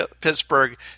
Pittsburgh